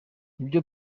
ibyo